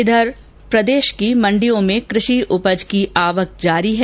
इधर प्रदेश की मंडियों में कृषि उपज की आवक जारी है